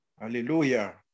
Hallelujah